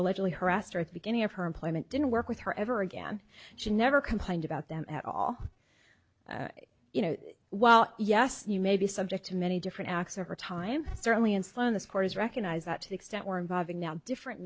allegedly harassed her at the beginning of her employment didn't work with her ever again she never complained about them at all you know well yes you may be subject to many different acts over time certainly enslin this court has recognized that to the extent we're involving now different